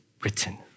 written